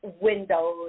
windows